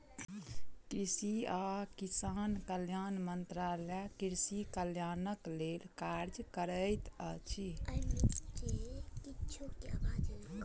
कृषि आ किसान कल्याण मंत्रालय कृषि कल्याणक लेल कार्य करैत अछि